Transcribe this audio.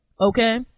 Okay